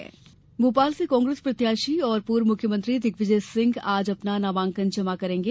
नामांकन भोपाल से कांग्रेस प्रत्याषी और पूर्व मुख्यमंत्री दिग्विजय सिंह आज अपना नामांकन जमा करेंगे